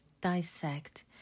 dissect